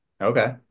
Okay